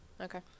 Okay